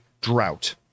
drought